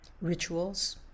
rituals